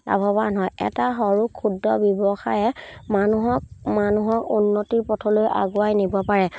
লাভৱান হয় এটা সৰু ক্ষুদ্ৰ ব্যৱসায়ে মানুহক মানুহক উন্নতিৰ পথলৈ আগুৱাই নিব পাৰে